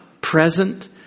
present